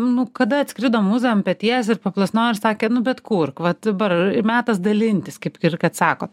nu kada atskrido mūza ant peties ir paplasnojo ir sakė nu bet kur vat dabar metas dalintis kaip ir kad sakot